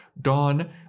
Dawn